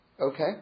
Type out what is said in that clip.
Okay